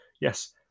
yes